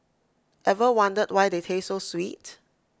ever wondered why they taste so sweet